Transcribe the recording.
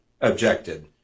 objected